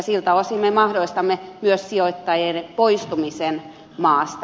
siltä osin me mahdollistamme myös sijoittajien poistumisen maasta